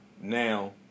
now